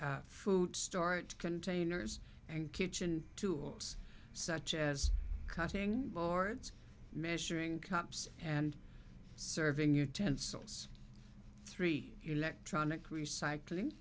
lidded food storage containers and kitchen tools such as cutting boards measuring cups and serving utensils three electronic recycling